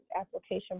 application